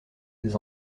des